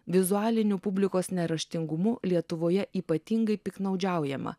vizualiniu publikos neraštingumu lietuvoje ypatingai piktnaudžiaujama